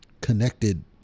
connected